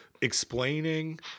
explaining